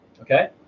Okay